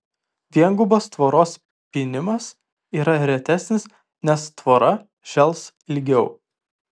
viengubas tvoros pynimas yra retesnis nes tvora žels ilgiau